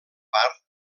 part